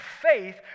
faith